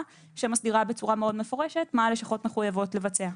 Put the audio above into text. שמסדירה בצורה מאוד מפורשת מה הלשכות מחויבות לבצע.